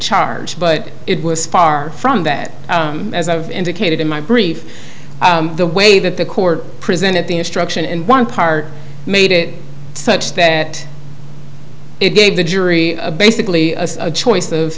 charge but it was far from that as i've indicated in my brief the way that the court presented the instruction in one part made it such that it gave the jury basically a choice of